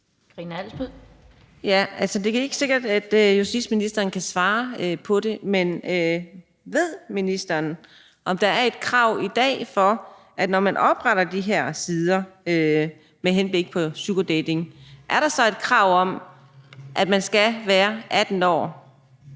Karina Adsbøl (DF): Det er ikke sikkert, at justitsministeren kan svare på det, men ved ministeren, om der er et krav i dag om, at man, når man opretter de her sider med henblik på sugardating, så skal være 18 år?